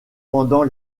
pendant